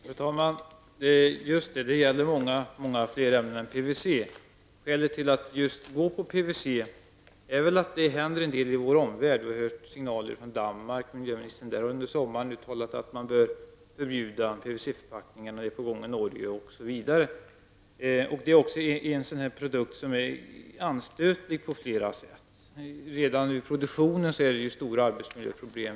Fru talman! Just det, det gäller många fler ämnen än PVC. Skälet till att åtgärda just PVC är att det händer en del rörande PVC i vår omvärld. Vi har hört signaler om detta från Danmark. Miljöministern i Danmark har under sommaren uttalat att man bör förbjuda PVC-förpackningar, detta är också på gång i Norge, osv. PVC är också en produkt som är anstötlig på flera sätt. Redan vid produktionen finns stora arbetsmiljöproblem.